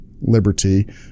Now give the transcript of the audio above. liberty